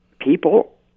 people